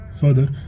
Further